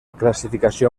classificació